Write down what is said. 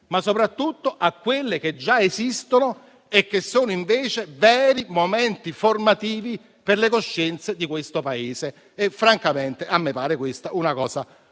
ma soprattutto a quelle che già esistono e che sono veri momenti formativi per le coscienze del Paese. Francamente a me questa pare una cosa